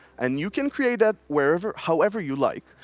and you can create that wherever, however you like.